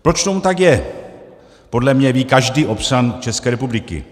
Proč tomu tak je, podle mě ví každý občan České republiky.